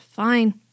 fine